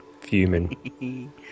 fuming